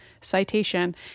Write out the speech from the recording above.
citation